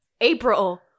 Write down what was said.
April